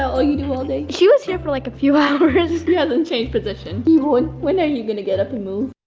all you do all day? he was here for like a few hours. he hasn't changed position. hey boy, when are you gonna get up and move?